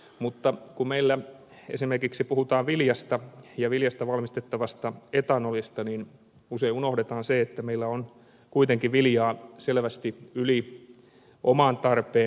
mutta kun meillä esimerkiksi puhutaan viljasta ja viljasta valmistettavasta etanolista niin usein unohdetaan se että meillä on kuitenkin viljaa selvästi yli oman tarpeen